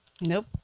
Nope